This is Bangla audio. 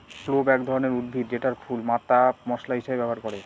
ক্লোভ এক ধরনের উদ্ভিদ যেটার ফুল, পাতা মশলা হিসেবে ব্যবহার করে